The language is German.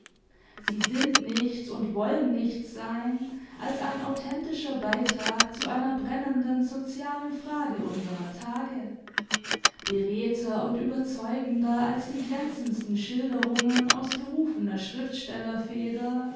sie sind nichts und wollen nichts sein als ein authentischer beitrag zu einer brennenden sozialen frage unserer tage beredter und überzeugender als die glänzendsten schilderungen aus berufener